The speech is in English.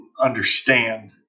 understand